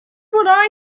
what